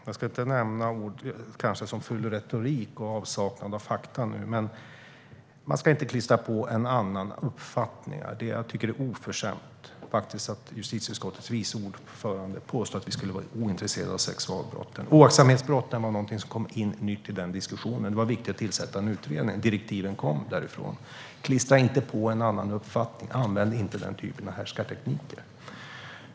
Herr talman! Jag kanske inte ska nämna ord som ful retorik och avsaknad av fakta. Men man ska inte klistra på någon en uppfattning. Jag tycker faktiskt att det är oförskämt att justitieutskottets vice ordförande påstår att vi skulle vara ointresserade av sexualbrotten. Oaktsamhetsbrotten var något nytt som kom in i den diskussionen. Det var viktigt att tillsätta en utredning, och direktiven kom därifrån. Klistra inte på någon annan en uppfattning, Annika Hirvonen Falk! Använd inte den typen av härskartekniker!